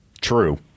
True